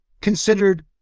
considered